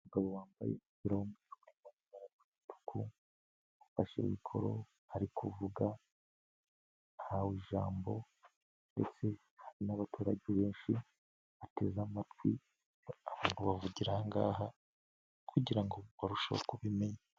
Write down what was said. Umugabo wambaye umupira w'umweru urimo amabara y'umutuku, ufashe mikoro ari kuvuga ahawe ijambo, ndetse hari n'abaturage benshi bateze amatwi ngo bumve ibyo bavugira ahangaha kugirango barusheho kubimenya.